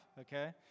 okay